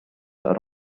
are